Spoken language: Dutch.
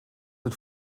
het